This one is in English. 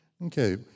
Okay